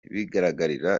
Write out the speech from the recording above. bigaragarira